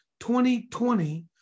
2020